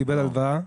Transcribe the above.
קיבל הלוואה,